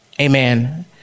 amen